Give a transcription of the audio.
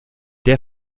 der